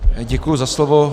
Děkuji za slovo.